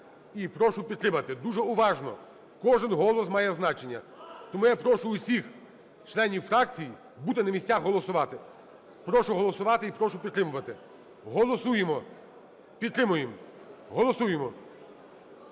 і прошу підтримати. Дуже уважно, кожен голос має значення. Тому я прошу всіх членів фракцій бути на місцях, голосувати. Прошу голосувати і прошу підтримувати. Голосуємо. Підтримуємо. Голосуємо.